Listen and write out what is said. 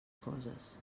coses